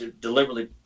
deliberately